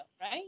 Right